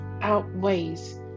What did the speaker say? outweighs